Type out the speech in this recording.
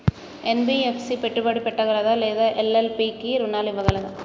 NBFC పెట్టుబడి పెట్టగలదా లేదా ఎల్.ఎల్.పి కి రుణాలు ఇవ్వగలదా?